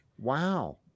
Wow